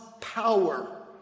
power